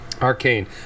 arcane